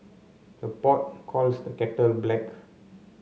the pot calls the kettle black